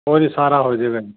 ਉਹ ਜੀ ਸਾਰਾ ਹੋ ਜਾਵੇਗਾ